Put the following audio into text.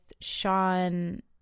Sean